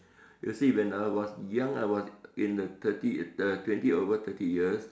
you see when I was young I was in the thirty uh twenty over thirty years